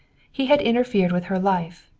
he had interfered with her life,